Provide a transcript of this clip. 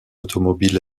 automobile